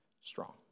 strong